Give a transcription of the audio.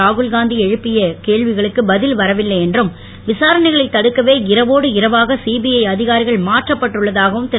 ராகுல் காந்தி எழுப்பிய கேள்விகளுக்கு பதில் வரவில்லை என்றும் விசாரணைகளைத் தடுக்கவே இரவோடு இரவாக சிபிஐ அதிகாரிகள் மாற்றப்பட்டுள்ளதாகவும் திரு